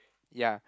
ya